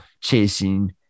chasing